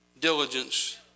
diligence